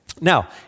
Now